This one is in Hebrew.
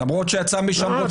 למרות שיצא משם רוצח מתועב.